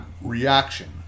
reaction